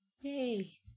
Yay